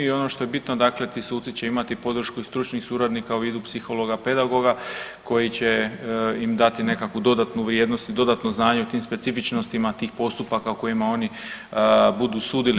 I ono što je bitno dakle ti suci će imati podršku stručnih suradnika u vidu psihologa, pedagoga koji će ima dati nekakvu dodanu vrijednost i dodatno znanje u tim specifičnostima tih postupaka u kojima oni budu sudili.